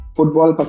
Football